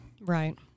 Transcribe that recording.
right